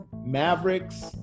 Mavericks